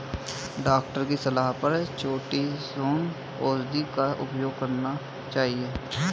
doctor की सलाह पर चीटोसोंन औषधि का उपयोग करना चाहिए